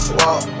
walk